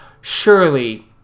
Surely